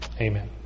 Amen